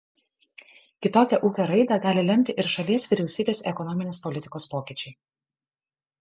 kitokią ūkio raidą gali lemti ir šalies vyriausybės ekonominės politikos pokyčiai